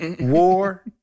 War